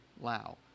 Lao